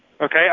Okay